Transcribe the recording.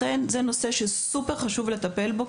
חשוב מאוד לטפל באוכלוסיות האלו,